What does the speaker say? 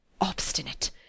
Obstinate